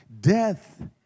death